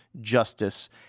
justice